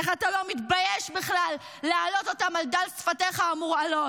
איך אתה לא מתבייש בכלל להעלות אותם על דל שפתיך המורעלות?